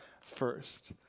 first